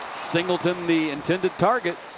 singleton, the intended target.